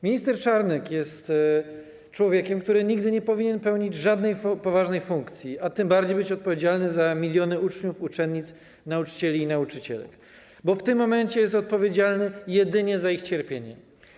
Minister Czarnek jest człowiekiem, który nigdy nie powinien pełnić żadnej poważnej funkcji, a tym bardziej być odpowiedzialny za miliony uczniów, uczennic, nauczycieli i nauczycielek, bo w tym momencie jest odpowiedzialny jedynie za ich cierpienie.